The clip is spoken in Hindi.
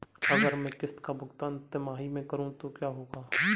अगर मैं किश्त का भुगतान तिमाही में करूं तो क्या होगा?